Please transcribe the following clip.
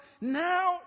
Now